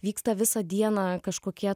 vyksta visą dieną kažkokie